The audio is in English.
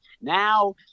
Now